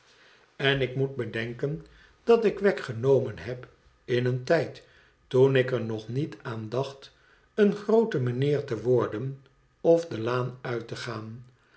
en ik moet bedenken dat ik wegg genomen heb in een tijd toen ik er nog niet aan dacht een groote meneer te worden of de laan uit te gaan